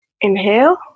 Inhale